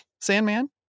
Sandman